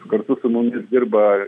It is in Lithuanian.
kartu su mumis dirba